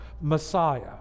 Messiah